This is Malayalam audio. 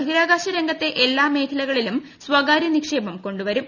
ബഹിരാകാശ രംഗത്ത് എല്ലാ മേഖലകളിലും സ്വകാര്യ നിക്ഷേപം കൊണ്ടുവരും